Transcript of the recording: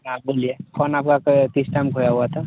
हाॅं बोलिए फोन आपका किस टाइम खोया हुआ था